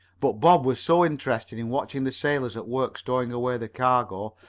but bob was so interested in watching the sailors at work stowing away the cargo,